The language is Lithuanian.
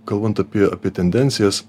kalbant apie apie tendencijas